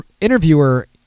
interviewer